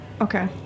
okay